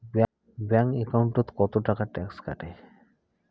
Bank একাউন্টত কতো টাকা ট্যাক্স কাটে?